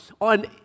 on